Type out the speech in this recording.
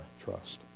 trust